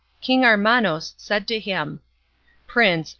king armanos said to him prince,